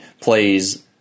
Plays